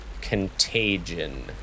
Contagion